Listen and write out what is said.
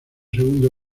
segundo